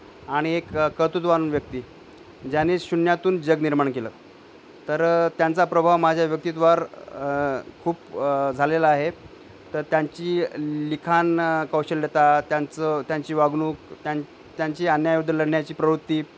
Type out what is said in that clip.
आणि एक कर्तृत्ववान व्यक्ती ज्याने शून्यातून जग निर्माण केलं तर त्यांचा प्रभाव माझ्या व्यक्तित्वावर खूप झालेला आहे तर त्यांची लिखाण कौशल्यता त्यांचं त्यांची वागणूक त्यां त्यांची अन्यायाविरुद्ध लढण्याची प्रवृत्ती